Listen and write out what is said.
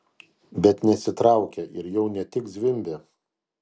bet nesitraukia ir jau ne tik zvimbia